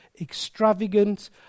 extravagant